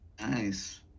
nice